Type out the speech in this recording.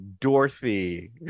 Dorothy